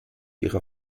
ihrer